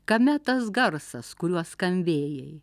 kame tas garsas kuriuo skambėjai